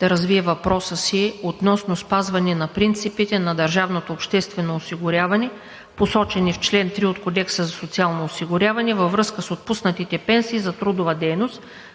да развие въпроса си относно спазване на принципите на Държавното обществено осигуряване, посочени в чл. 3 от Кодекса за социално осигуряване, във връзка с отпуснатите пенсии за трудова дейност